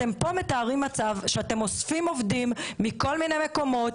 אתם פה מתארים מצב שאתם אוספים עובדים מכל מיני מקומות